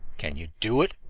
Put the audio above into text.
can you do it?